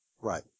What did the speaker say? Right